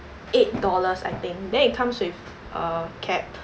eight dollars I think then it comes with a cap